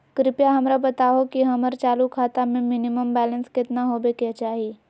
कृपया हमरा बताहो कि हमर चालू खाता मे मिनिमम बैलेंस केतना होबे के चाही